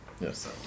Yes